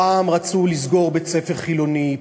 פעם רצו לסגור בית-ספר חילוני,